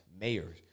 mayors